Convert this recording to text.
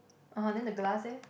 orh then the glass eh